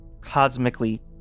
cosmically